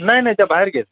नाही नाही त्या बाहेर गेलं